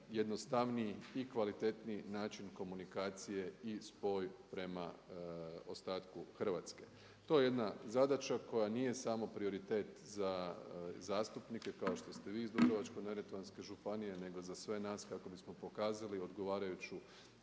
jednostavniji i kvalitetniji način komunikacije i spoj prema ostatku Hrvatske. To je jedna zadaća koja nije samo prioritet za zastupnike, kao što ste vi iz Dubrovačko-neretvanske županije nego za sve nas kako bismo pokazali odgovarajuću